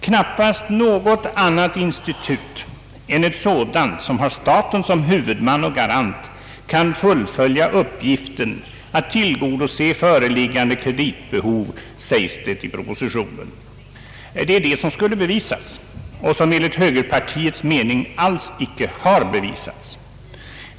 Knappast något annat institut än ett sådant som har staten som huvudman och garant kan fullfölja uppgiften att tillgodose föreliggande <kreditbehov, sägs det i propositionen. Det är det som skulle bevisas och som enligt högerpartiets mening alls icke har bevisats.